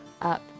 up